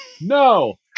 no